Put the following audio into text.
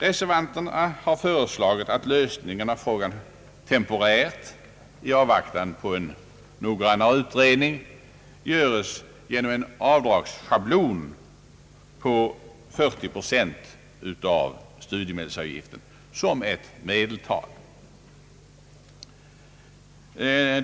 Reservanterna har föreslagit att lösningen av frågan temporärt — i avvaktan på en noggrannare utredning — ges genom en avdragsschablon på 40 procent av studiemedelsavgiften som ett medeltal.